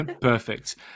Perfect